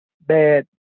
bad